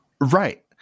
Right